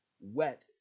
wet